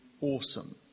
awesome